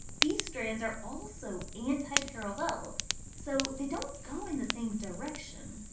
these strands are also anti-parallel so they don't go in the same direction.